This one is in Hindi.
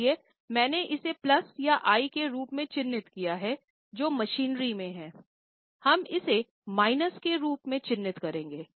इसलिए मैंने इसे प्लस और आई के रूप में चिह्नित किया है जो मशीनरी में है हम इसे माइनस के रूप में चिह्नित करेंगे